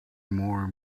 more